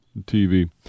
TV